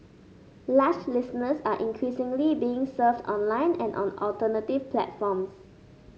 lush listeners are increasingly being served online and on alternative platforms